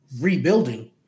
rebuilding